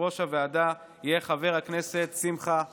יושב-ראש הוועדה יהיה חבר הכנסת שמחה רוטמן.